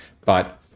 But-